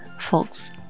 Folks